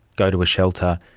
go to a shelter,